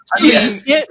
Yes